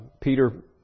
Peter